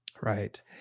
Right